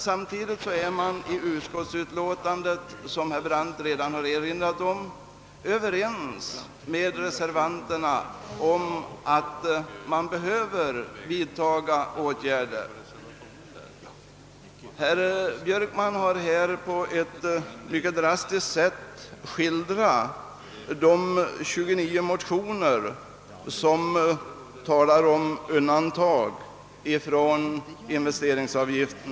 Samtidigt är man i utskottsutlåtandet, vilket herr Brandt redan har erinrat om, överens med reservanterna att åtgärder behöver vidtas. Herr Björkman har på ett mycket drastiskt sätt skildrat de 29 motioner som talar om undantag från investeringsavgiften.